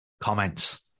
comments